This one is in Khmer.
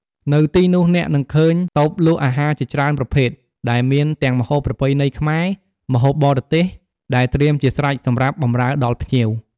នៅទីនោះ អ្នកនឹងឃើញតូបលក់អាហារជាច្រើនប្រភេទដែលមានទាំងម្ហូបប្រពៃណីខ្មែរ និងម្ហូបបរទេស ដែលត្រៀមជាស្រេចសម្រាប់បម្រើដល់ភ្ញៀវ។